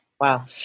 wow